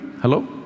Hello